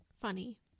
funny